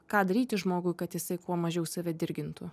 ką daryti žmogui kad jisai kuo mažiau save dirgintų